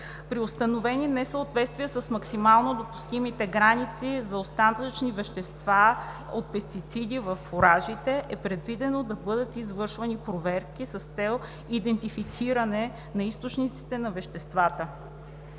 При установени несъответствия с максимално допустимите граници за остатъчни вещества от пестициди във фуражите е предвидено да бъдат извършвани проверки, с цел идентифициране на източниците на веществата.